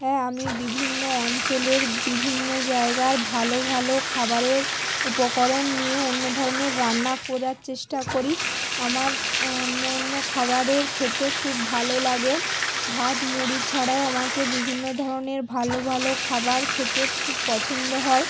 হ্যাঁ আমি বিভিন্ন অঞ্চলের বিভিন্ন জায়গার ভালো ভালো খাবারের উপকরণ নিয়ে অন্য ধরনের রান্না করার চেষ্টা করি আমার অন্যে অন্য খাবারের খেতে খুব ভালো লাগে ভাত মুড়ি ছাড়াও আমাকে বিভিন্ন ধরনের ভালো ভালো খাবার খেতে খুব পছন্দ হয়